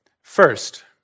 First